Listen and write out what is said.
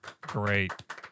Great